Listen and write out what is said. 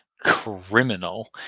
criminal